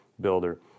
builder